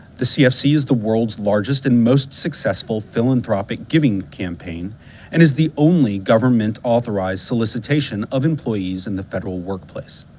the cfc is the world's largest and most successful philanthropic giving campaign and is the only government-authorized solicitation of employees in the federal workplace